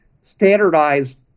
standardized